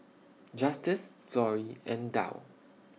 Justus Florrie and Dow